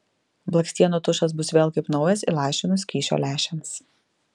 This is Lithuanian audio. blakstienų tušas bus vėl kaip naujas įlašinus skysčio lęšiams